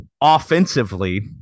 offensively